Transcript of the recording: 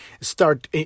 start